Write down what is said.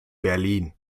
berlin